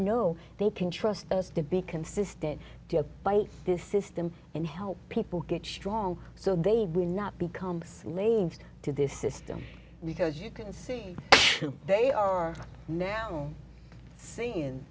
know they can trust us to be consistent by this system and help people get strong so they do not become slaves to this system because you can see they are now seeing